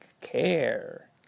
care